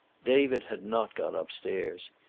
david had not gone upstairs.